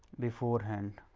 beforehand.